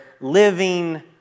living